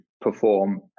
perform